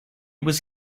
was